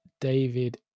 David